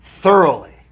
thoroughly